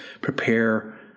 prepare